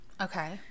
okay